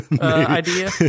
idea